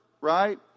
Right